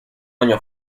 año